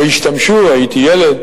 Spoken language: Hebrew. או השתמשו, הייתי ילד